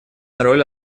роль